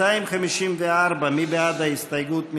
254, מי בעד ההסתייגות?